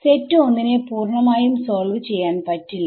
set 1 നെ പൂർണ്ണമായും solve ചെയ്യാൻ പറ്റില്ല